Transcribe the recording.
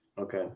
okay